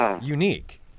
unique